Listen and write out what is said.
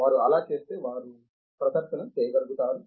వారు అలా చేస్తే వారు ప్రదర్శన చేయగలుగుతారు